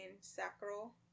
sacral